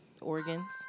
organs